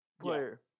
player